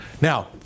Now